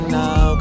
now